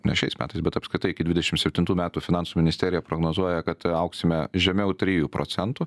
ne šiais metais bet apskritai iki dvidešim septintų metų finansų ministerija prognozuoja kad augsime žemiau trijų procentų